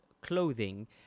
clothing